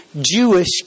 Jewish